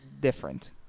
different